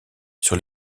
sur